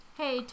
hey